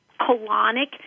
colonic